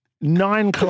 Nine